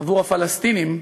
עבור הפלסטינים,